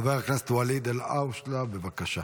חבר הכנסת ואליד אלהואשלה, בבקשה.